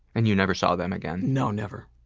and you never saw them again? no, never.